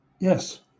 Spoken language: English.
Yes